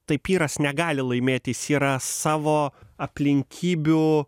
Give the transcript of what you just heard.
taip pyras negali laimėti jis yra savo aplinkybių